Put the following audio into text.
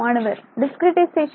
மாணவர் டிஸ்கிரிட்டைசேஷன்